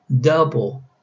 double